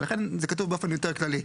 ולכן זה כתוב באופן יותר כללי.